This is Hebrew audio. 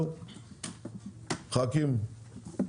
ח"כים?